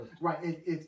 right